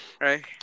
Right